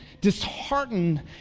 disheartened